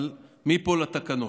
מפה לתקנות.